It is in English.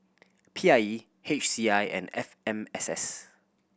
P I E H C I and F M S S